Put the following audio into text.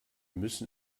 müssen